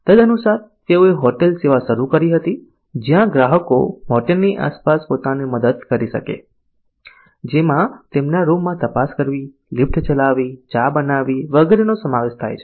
તદનુસાર તેઓએ હોટેલ સેવા શરૂ કરી હતી જ્યાં ગ્રાહકો હોટલની આસપાસ પોતાની મદદ કરી શકે છે જેમાં તેમના રૂમમાં તપાસ કરવી લિફ્ટ ચલાવવી ચા બનાવવી વગેરેનો સમાવેશ થાય છે